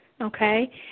Okay